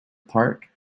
park